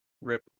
Rip